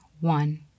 one